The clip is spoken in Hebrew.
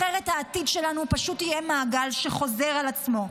אחרת, העתיד שלנו פשוט יהיה מעגל שחוזר על עצמו.